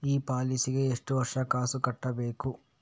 ಈ ಪಾಲಿಸಿಗೆ ಎಷ್ಟು ವರ್ಷ ಕಾಸ್ ಕಟ್ಟಬೇಕು?